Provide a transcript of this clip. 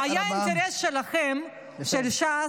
היה אינטרס שלכם, של ש"ס,